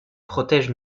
protège